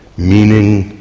meaning,